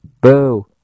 Boo